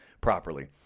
properly